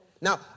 now